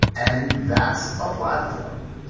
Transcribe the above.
and that's a platform.